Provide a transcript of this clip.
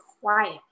quiet